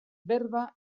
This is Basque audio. berba